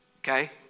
okay